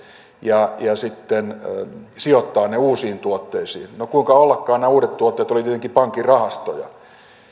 ja sijoittaa ne sitten uusiin tuotteisiin no kuinka ollakaan nämä uudet tuotteet olivat tietenkin pankin rahastoja